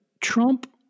Trump